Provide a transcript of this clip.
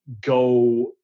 go